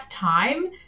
time